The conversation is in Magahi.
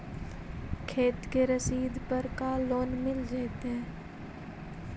खेत के रसिद पर का लोन मिल जइतै?